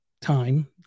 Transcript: time